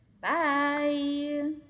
Bye